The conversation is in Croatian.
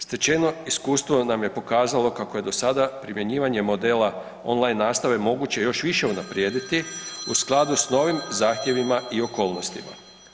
Stečeno iskustvo nam je pokazalo kako je do sada primjenjivanje modela online nastave moguće još više unaprijediti u skladu s novim zahtjevima i okolnostima.